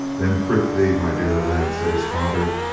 then prithee, my dear lad, said his father,